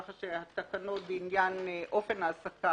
כך שהתקנות בעניין אפן ההעסקה